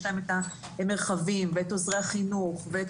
יש להם את המרחבים ואת עוזרי החינוך ואת